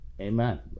Amen